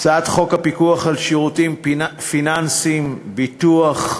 הצעת חוק הפיקוח על שירותים פיננסיים (ביטוח)